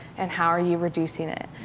and how are you reducing it?